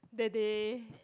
that they